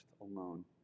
alone